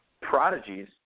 Prodigies